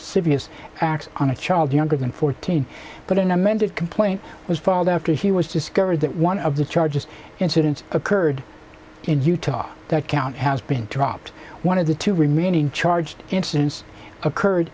serious acts on a child younger than fourteen but an amended complaint was filed after he was discovered that one of the charges incidents occurred in utah that count has been dropped one of the two remaining charged incidents occurred